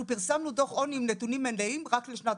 פרסמנו דוח עוני עם נתונים מלאים רק לשנת